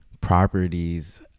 properties